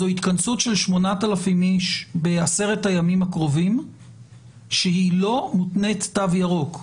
זו התכנסות של 8,000 איש בעשרת הימים הקרובים שהיא לא מותנית תו ירוק.